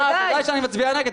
אה, "בוודא שאני מצביעה נגד".